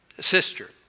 sister